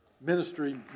ministry